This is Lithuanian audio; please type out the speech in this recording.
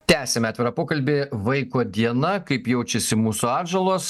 tęsiame atvirą pokalbį vaiko diena kaip jaučiasi mūsų atžalos